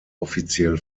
offiziell